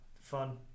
Fun